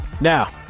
Now